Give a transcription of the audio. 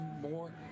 more